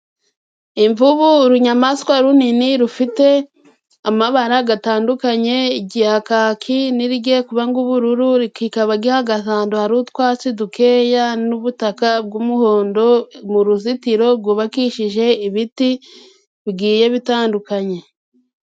Imvubu urunyamaswa runini rufite amabara gatandukanye ijya kaki n'irigiye kuba ng'ubururu, ri kikaba gihagaze ahandu hari utwatsi dukeya n'ubutaka bw'umuhondo mu ruzitiro gubakishije ibiti bigiye bitandukanye.